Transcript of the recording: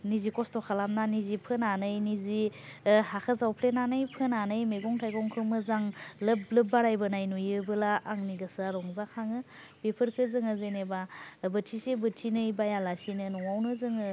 निजि खस्थ' खालामनानै निजि फोनानै निजि हाखौ जावफ्लेनानै फोनानै मैगं थायगंखौ मोजां लोब लोब बारायबोनाय नुयोबोला आंनि गोसोया रंजा खाङो बेफोरखौ जोङो जेनोबा बोथिसे बोथिनै बाइयालासिनो न'आवनो जोङो